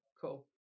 Cool